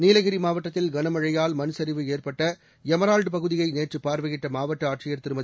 நீலகிரி மாவட்டத்தில் கனமழையால் மண்சரிவு ஏற்பட்ட எமரால்டு பகுதியை நேற்று பார்வையிட்ட மாவட்ட ஆட்சியர் திருமதி